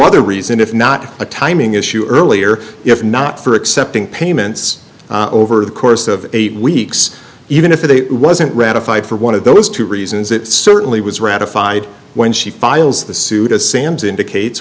other reason if not a timing issue earlier if not for accepting payments over the course of eight weeks even if they wasn't ratified for one of those two reasons it certainly was ratified when she files the suit assumes indicates